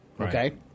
Okay